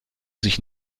sich